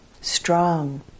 strong